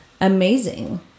amazing